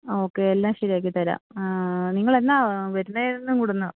ആ ഓക്കെ എല്ലാം ശരിയാക്കി തരാം നിങ്ങളെന്നാണ് വരുന്നതെന്നും കൂടെ ഒന്ന്